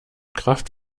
kraft